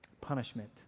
punishment